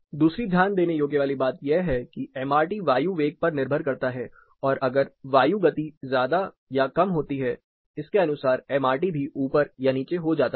दूसरी ध्यान देने योग्य वाली बात यह है एमआरटी वायु वेग पर निर्भर करता है और अगर वायु गति ज्यादा या कम होती है इसके अनुसार एमआरटी भी ऊपर या नीचे हो जाता है